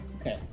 Okay